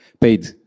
paid